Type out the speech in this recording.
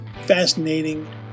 fascinating